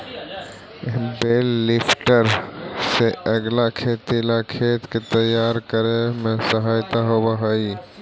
बेल lifter से अगीला खेती ला खेत के तैयार करे में सहायता होवऽ हई